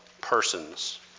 persons